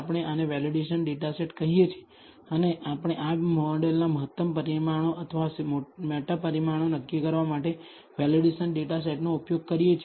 આપણે આને validation data set કહીએ છીએ અને આપણે આ મોડેલના મહત્તમ પરિમાણો અથવા મેટા પરિમાણો નક્કી કરવા માટે વેલિડેશન ડેટા સેટનો ઉપયોગ કરીએ છીએ